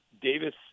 Davis –